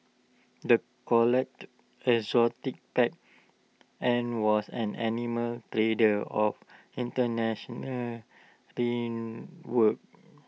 the collected exotic pets and was an animal trader of International